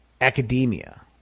academia